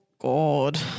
God